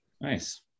nice